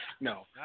no